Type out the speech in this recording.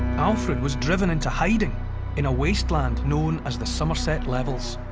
alfred was driven into hiding in a wasteland known as the somerset levels.